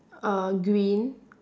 uh green